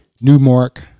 Newmark